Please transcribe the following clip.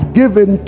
given